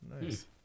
Nice